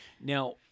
now